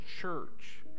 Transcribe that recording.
church